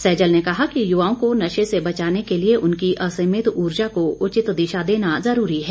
सहजल ने कहा कि युवाओं को नशे से बचाने के लिए उनकी असीमित ऊर्जा को उचित दिशा देना जरूरी है